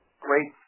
great